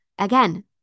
Again